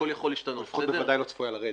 לפחות לא צפויה לרדת.